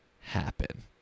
happen